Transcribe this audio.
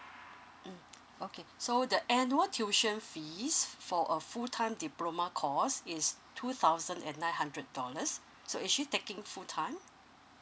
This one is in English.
mm okay so the annual tuition fees for a full time diploma course is two thousand and nine hundred dollars so is she taking full time